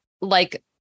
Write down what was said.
like-